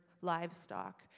livestock